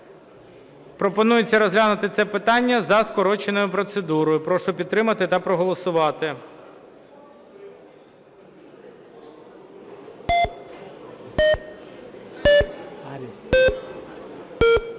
Пропонується розглянути це питання за скороченою процедурою. Прошу підтримати та проголосувати.